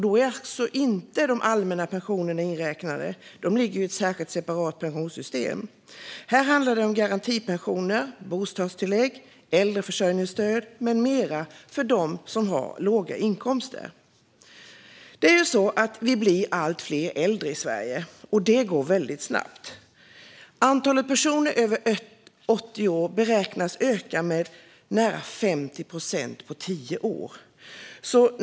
Då är alltså inte de allmänna pensionerna inräknade, för de ligger i ett separat pensionssystem. Här handlar det om garantipensioner, bostadstillägg, äldreförsörjningsstöd med mera för dem som har låga inkomster. Det är ju så att vi blir allt fler äldre i Sverige - och att det går väldigt snabbt. Antalet personer över 80 år beräknas öka med nära 50 procent på tio år.